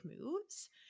moves